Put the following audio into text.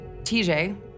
TJ